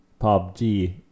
PUBG